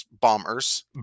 bombers